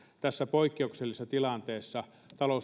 tässä poikkeuksellisessa tilanteessa